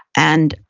and,